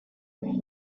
trains